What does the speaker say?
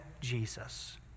Jesus